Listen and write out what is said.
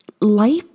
life